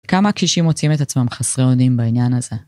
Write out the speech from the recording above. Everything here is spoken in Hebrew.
כמה קישים מוצאים את עצמם חסרי אונים בעניין הזה.